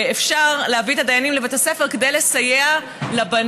ואפשר להביא את הדיינים לבתי הספר כדי לסייע לבנות